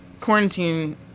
quarantine